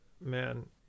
Man